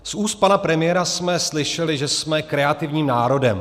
Z úst pana premiéra jsme slyšeli, že jsme kreativním národem.